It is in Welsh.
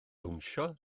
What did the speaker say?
bownsio